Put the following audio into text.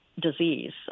disease